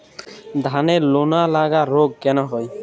ধানের লোনা লাগা রোগ কেন হয়?